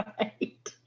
Right